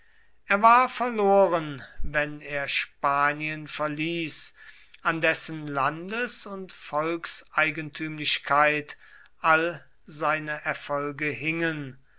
er war verloren wenn er spanien verließ an dessen landes und volkseigentümlichkeit all seine erfolge hingen